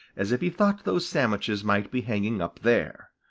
as if he thought those sandwiches might be hanging up there.